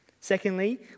Secondly